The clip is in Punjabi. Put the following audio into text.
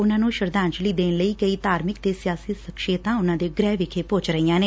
ਉਨਾਂ ਨੂੰ ਸ਼ਰਧਾਂਜਲੀ ਦੇਣ ਲਈ ਕਈ ਧਾਰਮਿਕ ਤੇ ਸਿਆਸੀ ਸਖਸ਼ੀਅਤਾਂ ਉਨੂਾਂ ਦੇ ਗ੍ਰਹਿ ਵਿਖੇ ਪੁੱਜ ਰਹੀਆਂ ਨੇ